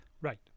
Right